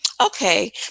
Okay